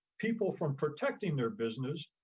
people from protecting their business